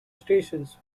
stations